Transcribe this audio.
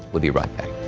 we'll be right back.